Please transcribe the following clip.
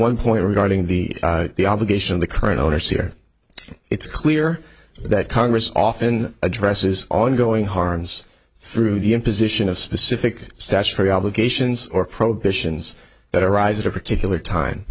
one point regarding the the obligation of the current owners here it's clear that congress often addresses ongoing harms through the imposition of specific statutory obligations or prohibitions that arise at a particular time